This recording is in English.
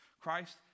Christ